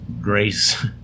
Grace